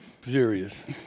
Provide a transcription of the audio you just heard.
serious